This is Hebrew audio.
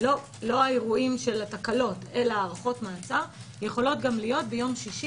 לא האירועים של התקלות אלא של הארכות המעצר יכולות להיות ביום שישי